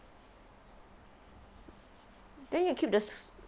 then you keep the s~